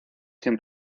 sin